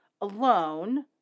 alone